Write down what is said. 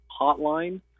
hotline